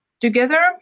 Together